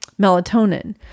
melatonin